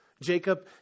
Jacob